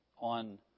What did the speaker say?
on